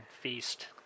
Feast